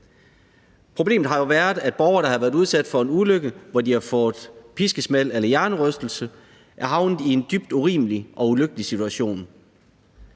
Problemet har jo været, at borgere, der har været udsat for en ulykke, hvor de har fået piskesmæld eller hjernerystelse, er havnet i en dybt urimelig og ulykkelig situation.